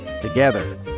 together